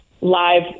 live